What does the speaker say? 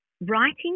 writing